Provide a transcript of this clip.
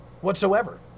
Whatsoever